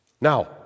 Now